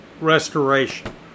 restoration